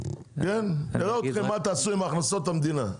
נראה מה תעשו עם הכנסות המדינה.